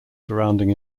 surrounding